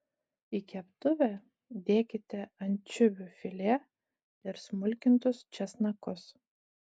į keptuvę dėkite ančiuvių filė ir smulkintus česnakus